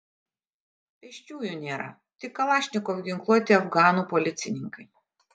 pėsčiųjų nėra tik kalašnikov ginkluoti afganų policininkai